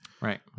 Right